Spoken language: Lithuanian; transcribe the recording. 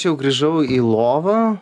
jau grįžau į lovą